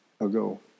ago